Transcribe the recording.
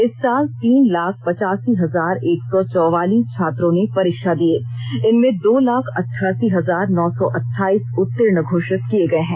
इस साल तीन लाख पचासी हजार एक सौ चौवालीस छात्रों ने परीक्षा दी इनमें दो लाख अठासी हजार नौ सौ अट्ठाईस उत्तीर्ण घोषित किए गए हैं